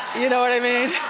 you know what i mean?